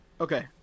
Okay